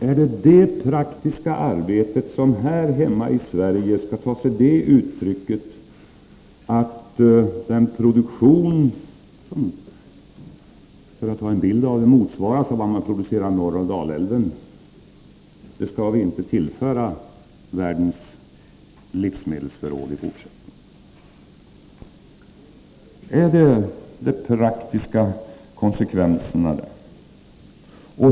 Är det detta praktiska arbete som här hemma i Sverige skall ta sig det uttrycket att den produktion som motsvaras av vad som framställs norr om Dalälven i fortsättningen inte skall tillföras världens livsmedelsförråd? Är detta de praktiska konsekvenserna?